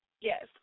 Yes